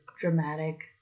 dramatic